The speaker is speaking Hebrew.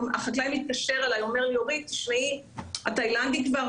אחרי שהוא מתקשר אליי ואומר לי שהתאילנדי כבר